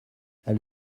elle